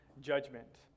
judgment